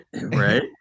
Right